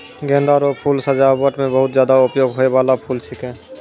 गेंदा रो फूल सजाबट मे बहुत ज्यादा उपयोग होय बाला फूल छिकै